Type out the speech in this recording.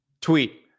tweet